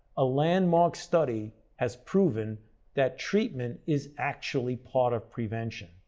a landmark study has proven that treatment is actually part of prevention.